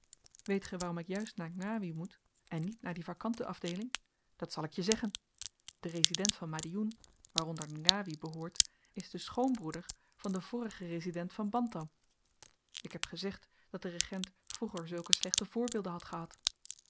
weet ge waarom ik juist naar ngawi moet en niet naar die vakante afdeeling dat zal ik je zeggen de resident van madiven waaronder ngawi behoort is de schoonbroeder van den vorigen resident van bantam ik heb gezegd dat de regent vroeger zulke slechte voorbeelden had gehad